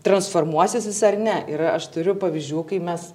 transformuosis jis ar ne ir aš turiu pavyzdžių kai mes